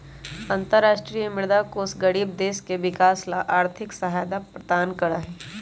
अन्तरराष्ट्रीय मुद्रा कोष गरीब देश के विकास ला आर्थिक सहायता प्रदान करा हई